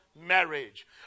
marriage